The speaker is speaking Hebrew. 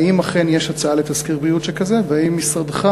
האם אכן יש הצעה לתסקיר בריאות שכזה והאם משרדך